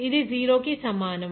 ఇది 0 కి సమానం